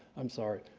i'm sorry,